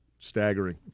Staggering